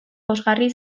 pozgarri